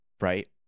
Right